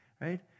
right